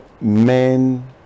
men